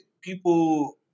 People